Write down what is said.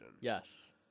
Yes